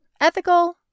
ethical